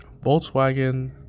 Volkswagen